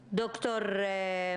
פוטרו,